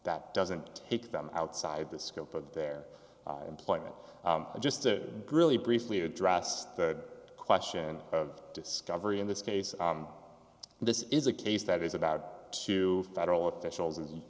that doesn't take them outside the scope of their employment just to really briefly address the question of discovery in this case this is a case that is about to federal officials